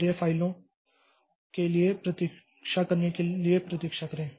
तो यह फाइलों के लिए प्रतीक्षा करने के लिए प्रतीक्षा करें